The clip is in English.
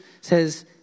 says